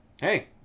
Hey